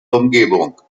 umgebung